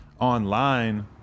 online